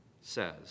says